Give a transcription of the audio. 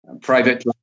private